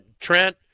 trent